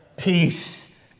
Peace